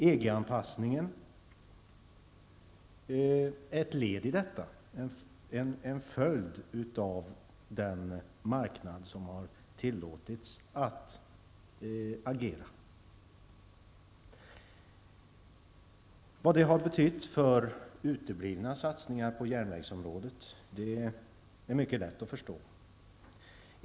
EG-anpassningen är en följd av att marknaden har tillåtits att agera. Vad det har betytt i form uteblivna satsningar på järnvägsområdet är mycket lätt att förstå.